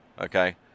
okay